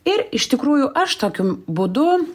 ir iš tikrųjų aš tokiu būdu